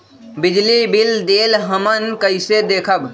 बिजली बिल देल हमन कईसे देखब?